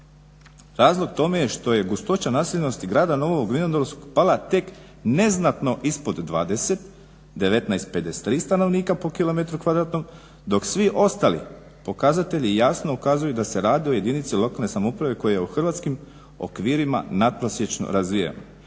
Razlog tome je što je gustoća naseljenosti Grada Novog vinodolskog pala tek neznatno ispod 20, 19,53 stanovnika po km² dok svi ostali pokazatelji jasno ukazuju da se radi o jedinici lokalne samouprave koja je u hrvatskim okvirima nadprosječno razvijena.